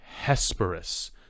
Hesperus